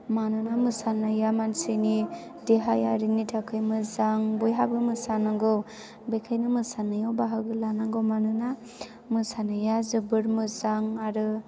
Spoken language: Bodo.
मानोना मोसानाया मानसिनि देहानि थाखाय मोजां बयबो मोसानांगौ बेनिखायनो मोसानायाव बाहागो लानांगौ मानोना मोसानाया जोबोद मोजां आरो